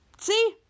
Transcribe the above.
See